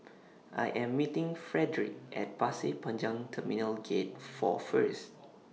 I Am meeting Fredrick At Pasir Panjang Terminal Gate four First